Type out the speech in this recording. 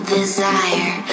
desire